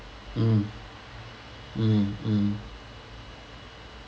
mm mm mm